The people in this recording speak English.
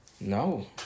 No